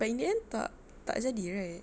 but in the end tak tak jadi right